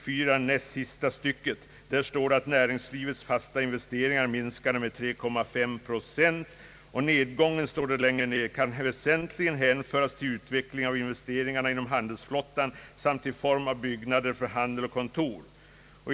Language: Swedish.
4 i utlåtandet att näringslivets fasta investeringar minskade med 3,5 procent. Och längre ned står det: »Nedgången kan väsentligen hänföras till utvecklingen av investeringarna inom handelsflottan samt i form av byggnader för handel, kontor etc.